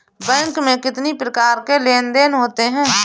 Bank में कितनी प्रकार के लेन देन देन होते हैं?